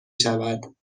شود